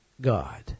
God